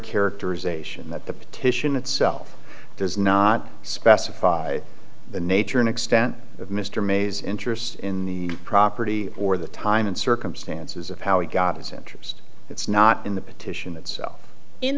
characterization that the petition itself does not specify the nature and extent of mr mays interest in the property or the time and circumstances of how he got his interest it's not in the petition itself in